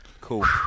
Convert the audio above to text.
Cool